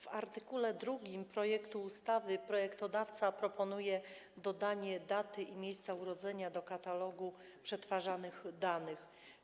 W art. 2 projektu ustawy projektodawca proponuje dodanie daty i miejsca urodzenia do katalogu przetwarzanych danych.